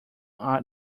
are